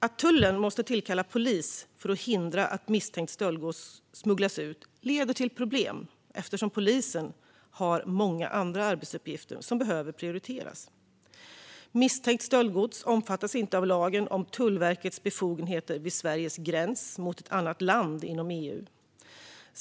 Att tullen måste tillkalla polis för att hindra att misstänkt stöldgods smugglas ut leder till problem, eftersom polisen har många andra arbetsuppgifter som behöver prioriteras. Misstänkt stöldgods omfattas inte av lagen om Tullverkets befogenheter vid Sveriges gräns mot ett annat land inom EU.